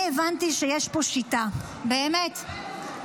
אני הבנתי שיש כאן שיטה, שיטה של ממש: